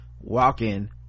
walking